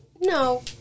no